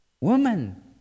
Woman